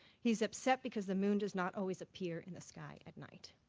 he's upset because the moon does not always appear in the sky at night.